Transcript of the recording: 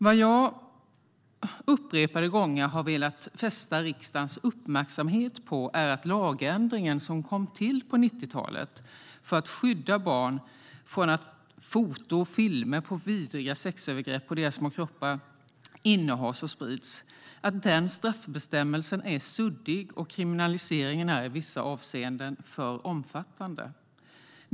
Vad jag upprepade gånger har velat fästa riksdagens uppmärksamhet på är den lagändring som kom till på 1990-talet för att skydda barn från att foto och filmer på vidriga sexövergrepp på deras små kroppar innehas och sprids. Den straffbestämmelsen är suddig, och kriminaliseringen är i vissa avseenden för omfattande.